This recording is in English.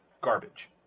Garbage